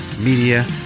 Media